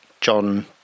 John